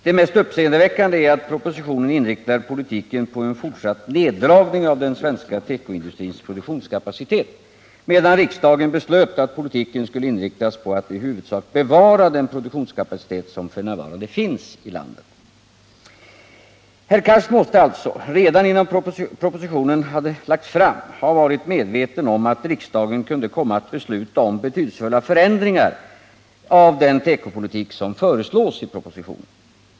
Det mest uppseendeväckande är att propositionen inriktar politiken på en fortsatt neddragning av den svenska tekoindustrins produktionskapacitet, medan riksdagen beslöt att politiken skulle inriktas på att i huvudsak bevara den produktionskapacitet som f.n. finns i landet. Herr Cars måste alltså redan innan propositionen hade lagts fram ha varit medveten om att riksdagen kunde komma att besluta om betydelsefulla förändringar av den tekopolitik som föreslås i propositionen.